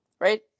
right